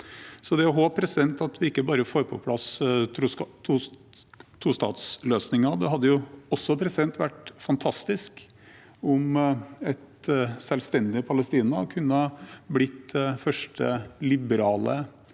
er å håpe at vi ikke bare får på plass tostatsløsningen; det hadde også vært fantastisk om et selvstendig Palestina kunne blitt det første liberale,